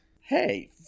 Hey